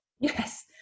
Yes